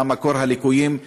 מה מקור הליקויים?